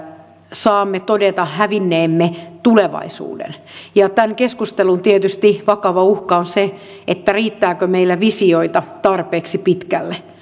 saamme todeta hävinneemme tulevaisuuden tämän keskustelun tietysti vakava uhka on se riittääkö meillä visioita tarpeeksi pitkälle